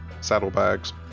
saddlebags